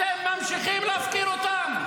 אתם ממשיכים להפקיר אותם.